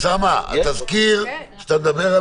שנית, משמרות.